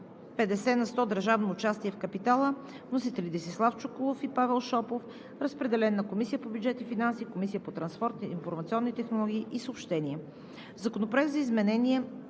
50 на сто държавно участие в капитала. Вносители са Десислав Чуколов и Павел Шопов. Разпределен е на Комисията по бюджет и финанси и Комисията по транспорт, информационни технологии и съобщения. Законопроект за изменение